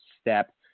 step